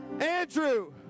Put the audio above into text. Andrew